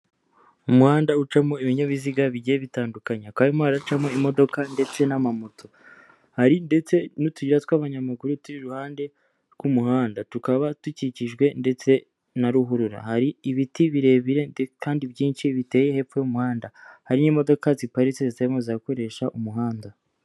Umuhanda ucamo ibinyabiziga bigiye bitandukanye hakaba harimo haracamo imodoka ndetse n'amamoto, hari ndetse n'utuyira tw'abanyamaguru turi iruhande rw'umuhanda, tukaba dukikijwe ndetse na ruhurura, hari ibiti birebire kandi byinshi biteye hepfo y'umuhanda, hari n'imodoka ziparitse zitarimo zirakoresha umuhanda.